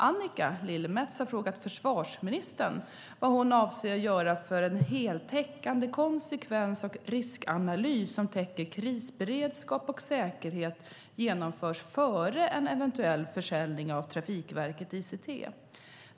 Annika Lillemets har frågat försvarsministern vad hon avser att göra för att en heltäckande konsekvens och riskanalys som täcker krisberedskap och säkerhet genomförs före en eventuell försäljning av Trafikverket ICT.